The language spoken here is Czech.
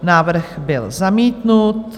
Návrh byl zamítnut.